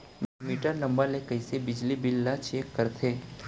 Metre number ले कइसे बिजली बिल ल चेक करथे?